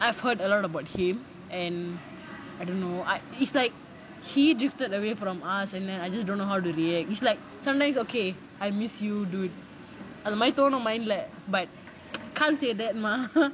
I've heard a lot about him and I don't know I it's like he drifted away from us and then I just don't know how to react it's like sometimes okay I miss you dude அது மாரி தோணும்:athu maari thonum mind lah but can't say that mah